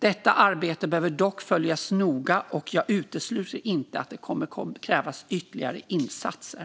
Detta arbete behöver dock följas noga, och jag utesluter inte att det kommer att krävas ytterligare insatser.